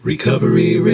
Recovery